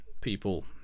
people